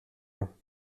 dents